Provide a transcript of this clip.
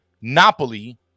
Napoli